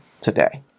today